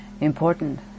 important